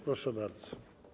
Proszę bardzo.